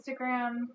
Instagram